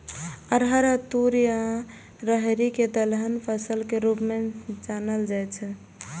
अरहर या तूर या राहरि कें दलहन फसल के रूप मे जानल जाइ छै